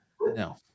No